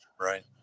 right